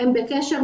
הם בקשר,